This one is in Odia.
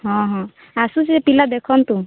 ହଁ ହଁ ଆସୁ ସେ ପିଲା ଦେଖନ୍ତୁ